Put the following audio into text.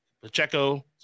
Pacheco